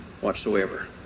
whatsoever